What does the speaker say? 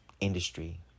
industry